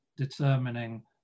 determining